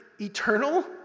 eternal